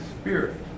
Spirit